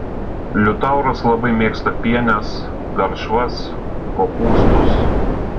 liutauras labai mėgsta pienes garšvas kopūstus